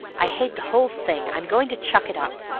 i hate the whole thing! i'm going to chuck it up!